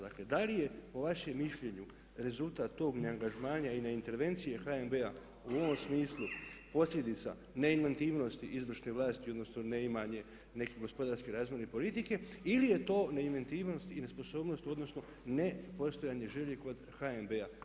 Dakle, po vašem mišljenju rezultat tog neangažmana i neintervencije HNB-a u ovom smislu posljedica neinventivnosti izvršne vlasti odnosno neimanje gospodarske razvojne politike ili je to neinventivnost i nesposobnost odnosno nepostojanje želje kod HNB-a?